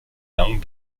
young